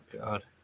God